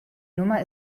nummer